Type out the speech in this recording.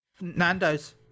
nando's